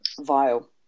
vile